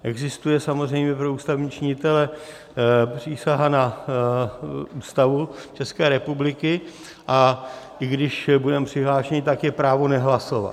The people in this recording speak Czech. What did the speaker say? Existuje samozřejmě pro ústavní činitele přísaha na Ústavu České republiky, a i když budeme přihlášeni, tak je právo nehlasovat.